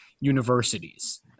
universities